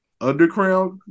Underground